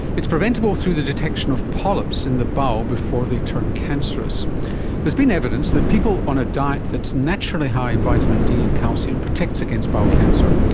it's preventable through the detection of polyps in the bowel before they turn cancerous. there has been evidence that people on a diet that is naturally high in vitamin d and calcium protects against the bowel cancer,